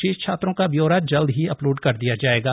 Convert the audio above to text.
शेष छात्रों का ब्योरा जल्द ही अपलोड कर दिया जाएगा